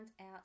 out